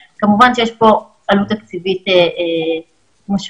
כמובן, יש פה עלות תקציבית משמעותית.